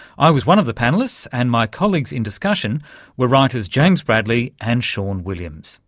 i was one of the panellists, and my colleagues in discussion were writers james bradley and sean williams.